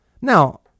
Now